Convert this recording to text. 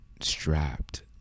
strapped